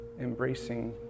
embracing